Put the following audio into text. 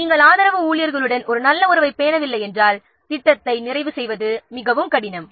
நாம் ஆதரவு ஊழியர்களுடன் ஒரு நல்ல உறவைப் பேணவில்லை என்றால் ப்ராஜெக்ட்டை நிறைவு செய்வது மிகவும் கடினம்